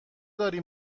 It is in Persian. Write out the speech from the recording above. داری